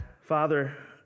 Father